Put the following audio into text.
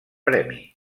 premi